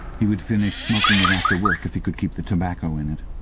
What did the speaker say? he would finish smoking it after work, if he could keep the tobacco in it.